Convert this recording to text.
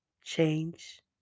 change